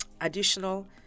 additional